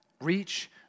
Reach